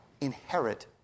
inherit